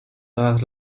todas